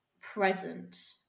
present